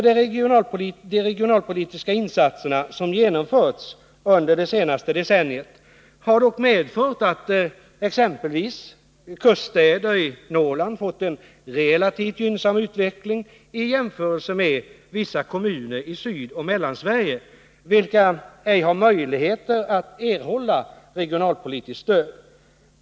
De regionalpolitiska insatser som genomförts under det senaste decenniet har dock medfört att exempelvis kuststäder i Norrland fått en relativt gynnsam utveckling i jämförelse med vissa kommuner i Sydoch Mellansverige, vilka ej har möjligheter att erhålla regionalpolitiskt stöd.